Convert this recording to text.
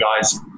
guys